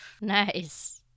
Nice